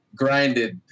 grinded